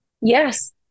Yes